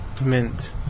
Mint